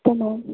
hello